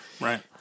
right